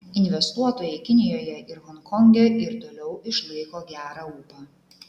investuotojai kinijoje ir honkonge ir toliau išlaiko gerą ūpą